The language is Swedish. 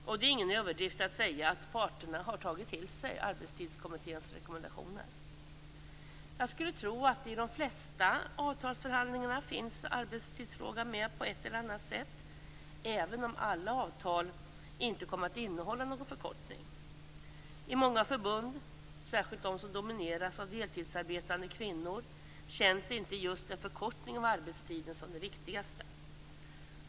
Och det är ingen överdrift att säga att parterna har tagit till sig Arbetstidskommitténs rekommendationer. Jag skulle tro att arbetstidsfrågan på ett eller annat sätt finns med i de flesta avtalsförhandlingar, även om alla avtal inte kommer att innehålla någon förkortning. I många förbund, särskilt i dem som domineras av deltidsarbetande kvinnor, känns inte just en förkortning av arbetstiden som det viktigaste.